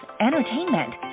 entertainment